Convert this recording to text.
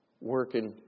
working